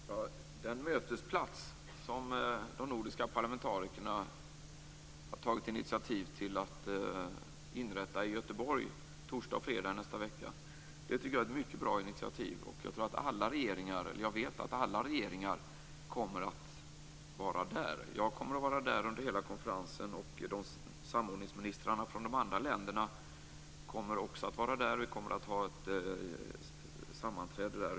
Herr talman! Den mötesplats som de nordiska parlamentarikerna har tagit initiativ till att inrätta i Göteborg torsdag och fredag i nästa vecka, tycker jag är ett mycket bra initiativ. Jag vet att alla regeringar kommer att vara där. Jag kommer att vara där under hela konferensen. Samordningsministrarna från de andra länderna kommer också att vara där. Vi kommer att ha ett sammanträde där.